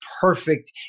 perfect